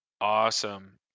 Awesome